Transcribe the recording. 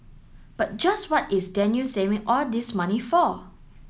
but just what is Daniel saving all this money for